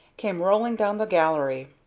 came rolling down the gallery.